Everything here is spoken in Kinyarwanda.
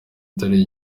atari